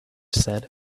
said